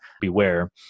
beware